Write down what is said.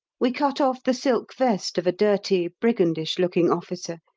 we cut off the silk vest of a dirty, brigandish-looking officer,